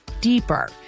deeper